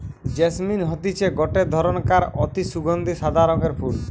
jasmine হতিছে গটে ধরণকার অতি সুগন্ধি সাদা রঙের ফুল